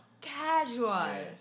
Casual